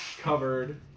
covered